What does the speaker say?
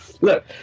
look